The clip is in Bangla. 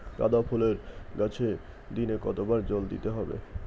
গাদা ফুলের গাছে দিনে কতবার জল দিতে হবে?